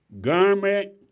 garment